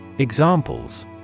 Examples